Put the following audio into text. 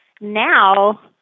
now